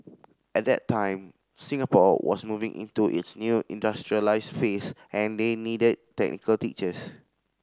at that time Singapore was moving into its new industrialised phase and they needed technical teachers